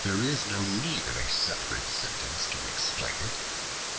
there is no need of a separate sentence to explain it